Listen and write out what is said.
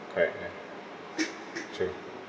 correct correct true